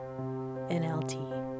NLT